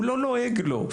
הוא לא לועג לו,